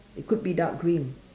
it could be dark green